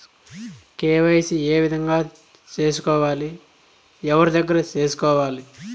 KYC ఏ విధంగా సేసుకోవాలి? ఎవరి దగ్గర సేసుకోవాలి?